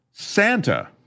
Santa